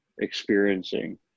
experiencing